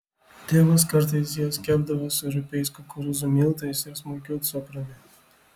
tėvas kartais jas kepdavo su rupiais kukurūzų miltais ir smulkiu cukrumi